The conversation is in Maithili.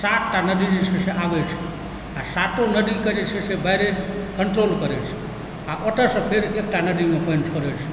सातटा नदी जे छै से आबै छै आ सातो नदी कऽ जे छै से बराज कंट्रोल करै छै आ ओतऽसँ फेर एकटा नदीमे पानि छोड़ै छै